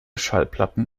schallplatten